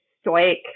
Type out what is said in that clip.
stoic